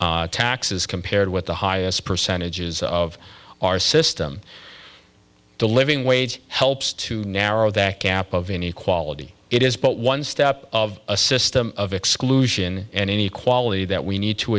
e taxes compared with the highest percentages of our system the living wage helps to narrow that gap of inequality it is but one step of a system of exclusion and inequality that we need to